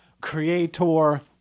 Creator